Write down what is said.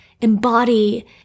embody